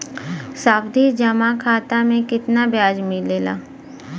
सावधि जमा खाता मे कितना ब्याज मिले ला?